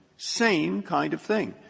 same kind of thing.